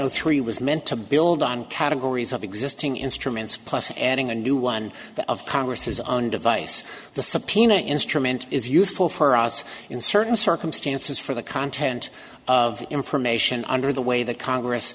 zero three was meant to build on categories of existing instruments plus adding a new one that of congress his own device the subpoena instrument is useful for us in certain circumstances for the content of information under the way that congress